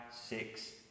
six